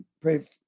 pray